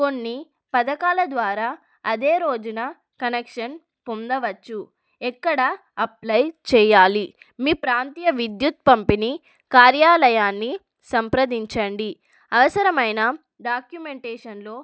కొన్ని పథకాల ద్వారా అదే రోజున కనెక్షన్ పొందవచ్చు ఎక్కడ అప్లయ్ చెయ్యాలి మీ ప్రాంతీయ విద్యుత్ పంపిణీ కార్యాలయాన్ని సంప్రదించండి అవసరమైన డాక్యుమెంటేషన్లు